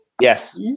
Yes